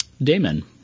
Damon